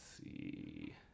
see